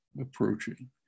approaching